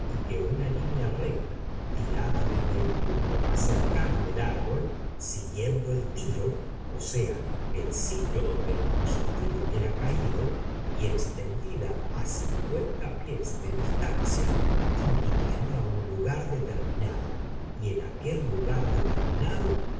que una línea recta tirada desde el punto más cercano del árbol siguiendo el tiro o sea el sitio donde el proyectil hubiera caído y extendida a cincuenta pies de distancia indicaría un lugar determinado y en aquel lugar determinado